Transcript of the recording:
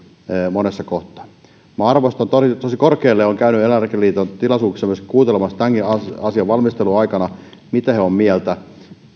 monessa kohtaa minä arvostan eläinlääkäriliittoa tosi korkealle ja olen käynyt eläinlääkäriliiton tilaisuuksissa myöskin kuuntelemassa tämänkin asian valmistelun aikana mitä he ovat mieltä